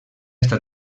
està